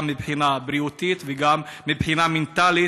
גם מבחינה בריאותית וגם מבחינה מנטלית,